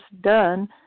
done